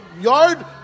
yard